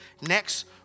next